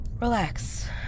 Relax